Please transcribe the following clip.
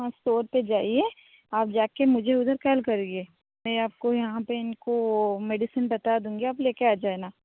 आप स्टोर पर जाइए आप जा कर मुझे उधर कॉल करिए मैं आपको यहाँ पर इनको मेडिसिन बता दूँगी आप ले कर आ जाना